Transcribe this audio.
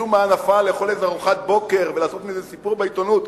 משום מה נפל פעם לאכול איזה ארוחת בוקר ולעשות מזה סיפור בעיתונות,